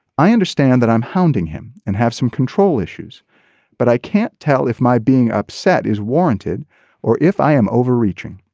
i understand that i'm hounding him and have some control issues but i can't tell if my being upset is warranted or if i am overreaching.